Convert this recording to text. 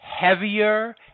heavier